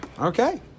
Okay